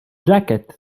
jacket